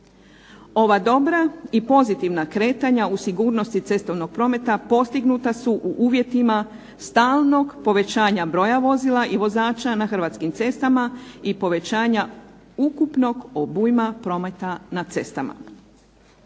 Ova dobra i pozitivna kretanja u sigurnosti cestovnog prometa postignuta su u uvjetima stalnog povećanja broja vozila i vozača na hrvatskim cestama, i povećanja ukupnog obujma prometa na cestama.